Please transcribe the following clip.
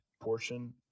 portion